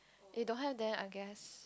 if don't have then I guess